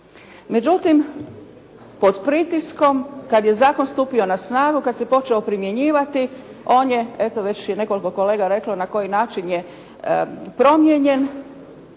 Međutim, pod pritiskom kad je zakon stupio na snagu, kad se počeo primjenjivati on je, eto već je nekoliko kolega reklo na koji način je promijenjen.